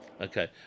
Okay